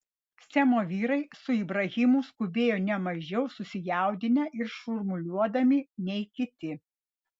semo vyrai su ibrahimu skubėjo ne mažiau susijaudinę ir šurmuliuodami nei kiti